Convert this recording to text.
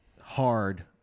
hard